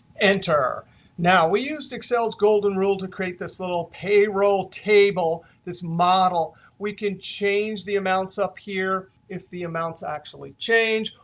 enter now, we used excel's golden rule to create this little payroll table, this model. we can change the amounts up here, if the amounts actually change.